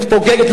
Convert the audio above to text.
מתפוגגת,